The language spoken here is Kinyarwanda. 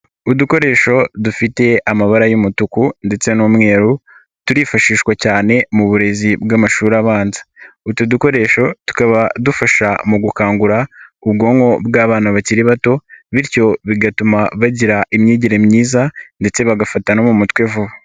Udukoresho dufite amabara y'umutuku ndetse n'umweru, turifashishwa cyane mu burezi bw'amashuri abanza. Utu dukoresho tukaba dufasha mu gukangura ubwonko bw'abana bakiri bato bityo bigatuma bagira imyigire myiza ndetse bagafata no mu mutwe vuba.